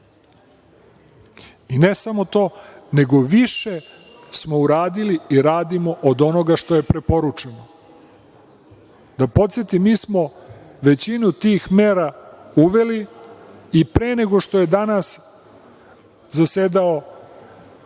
Ne samo to, nego više smo uradili i radimo od onoga što je preporučeno. Da podsetim, mi smo većinu tih mera uveli i pre nego što je danas zasedala